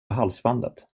halsbandet